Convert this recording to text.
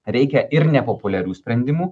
reikia ir nepopuliarių sprendimų